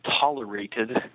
tolerated